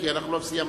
כי אנחנו לא סיימנו.